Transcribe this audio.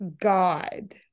god